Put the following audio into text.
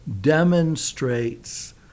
demonstrates